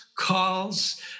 calls